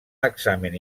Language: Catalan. examen